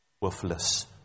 worthless